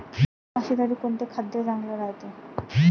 म्हशीसाठी कोनचे खाद्य चांगलं रायते?